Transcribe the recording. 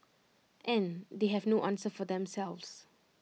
and they have no answer for themselves